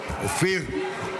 אופיר?